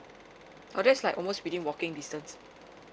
oh that's like almost within walking distance